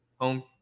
home